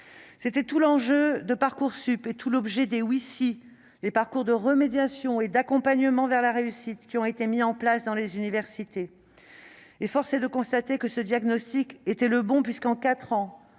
C'était tout l'enjeu de Parcoursup et tout l'objet des « oui si », ces parcours de remédiation et d'accompagnement vers la réussite qui ont été mis en place dans les universités. Force est de constater que ce diagnostic était le bon : en quatre ans,